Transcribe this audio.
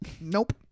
nope